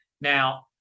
Now